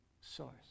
source